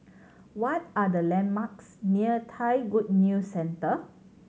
what are the landmarks near Thai Good News Centre